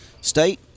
State